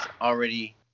already